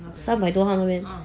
三百多号那边